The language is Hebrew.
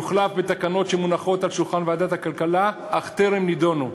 יוחלף בתקנות שמונחות על שולחן ועדת הכלכלה אך טרם נדונו.